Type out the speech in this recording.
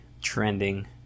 trending